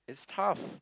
tough